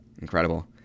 Incredible